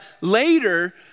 later